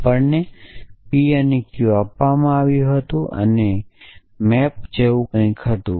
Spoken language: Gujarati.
આપણને p અને q આપવામાં આવ્યું હતું જે મૅપ જેવું કંઈક હતું